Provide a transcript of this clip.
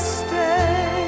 stay